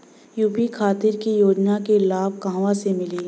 UP खातिर के योजना के लाभ कहवा से मिली?